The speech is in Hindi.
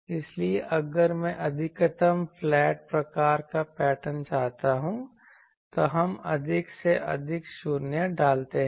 इसलिए अगर मैं अधिकतम फ्लैट प्रकार का पैटर्न चाहता हूं तो हम अधिक से अधिक शून्य डालते हैं